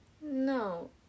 No